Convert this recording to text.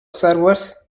servers